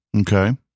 Okay